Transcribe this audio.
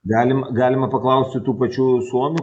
galim galima paklausti tų pačių suomių